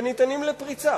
וניתנים לפריצה,